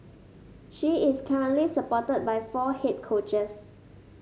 she is currently supported by four head coaches